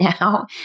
now